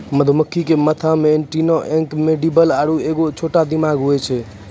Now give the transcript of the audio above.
मधुमक्खी के माथा मे एंटीना अंक मैंडीबल आरु एगो छोटा दिमाग होय छै